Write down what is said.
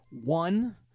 One